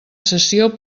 sessió